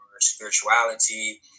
spirituality